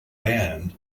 band